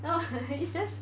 no [what] it's just